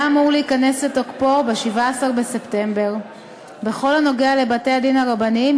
היה אמור להיכנס לתוקפו ב-17 בספטמבר בכל הנוגע לבתי-הדין הרבניים